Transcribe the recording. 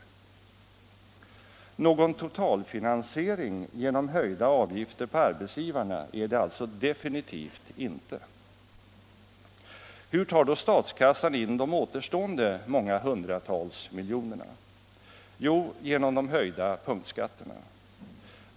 Men någon totalfinansiering genom höjda avgifter på arbetsgivarna är det definitivt inte. Hur tar då statskassan in de återstående många hundratals miljonerna? Jo, genom de höjda punktskatterna.